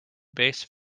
base